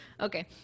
okay